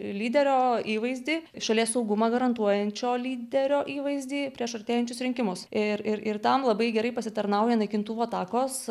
lyderio įvaizdį šalies saugumą garantuojančio lyderio įvaizdį prieš artėjančius rinkimus ir ir tam labai gerai pasitarnauja naikintuvų atakos